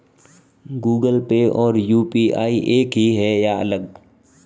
Google Pay और UPI एक ही है या अलग?